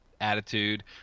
attitude